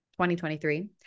2023